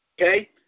okay